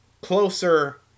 closer